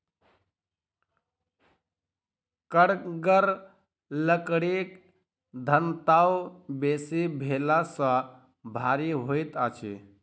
कड़गर लकड़ीक घनत्व बेसी भेला सॅ भारी होइत अछि